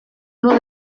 uno